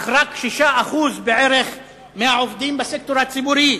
אך רק 6% בערך מהעובדים בסקטור הציבורי.